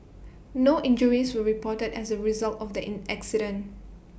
no injuries reported as A result of the in accident